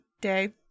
day